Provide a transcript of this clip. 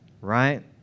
right